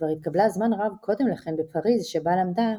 שכבר התקבלה זמן רב קודם לכן בפריז שבה למדה,